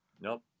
Nope